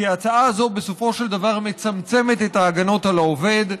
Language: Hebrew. כי ההצעה הזאת בסופו של דבר מצמצמת את ההגנות על העובד,